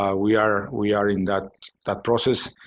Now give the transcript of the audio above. ah we are we are in that that process.